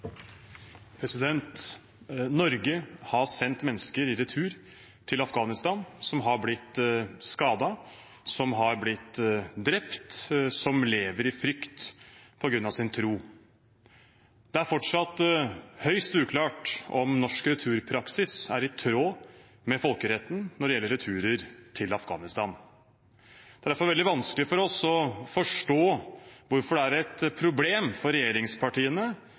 Norge har sendt mennesker i retur til Afghanistan som har blitt skadet, som har blitt drept, som lever i frykt på grunn av sin tro. Det er fortsatt høyst uklart om norsk returpraksis er i tråd med folkeretten når det gjelder returer til Afghanistan. Det er derfor veldig vanskelig for oss å forstå hvorfor det er et problem for regjeringspartiene